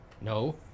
No